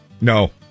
No